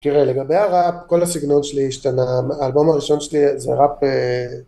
תראה, לגבי הראפ, כל הסגנון שלי השתנה. האלבום הראשון שלי זה ראפ...